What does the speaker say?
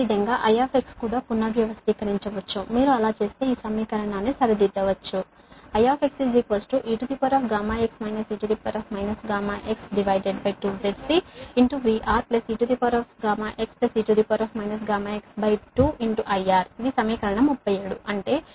అదేవిధంగా I కూడా పునర్వ్యవస్థీకరించవచ్చు మీరు అలా చేస్తే ఈ సమీకరణాన్ని సరిదిద్దవచ్చు I eγx e γx2ZCVReγxe γx2IR ఇది సమీకరణం 37